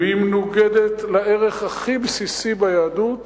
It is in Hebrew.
והיא מנוגדת לערך הכי בסיסי ביהדות